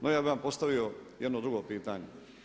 No ja bi vam postavio jedno drugo pitanje.